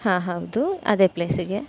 ಹಾಂ ಹೌದು ಅದೇ ಪ್ಲೇಸಿಗೆ